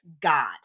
god